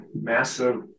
massive